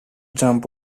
jump